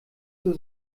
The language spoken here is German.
zur